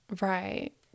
Right